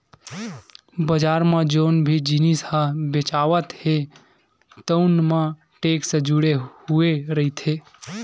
बजार म जउन भी जिनिस ह बेचावत हे तउन म टेक्स जुड़े हुए रहिथे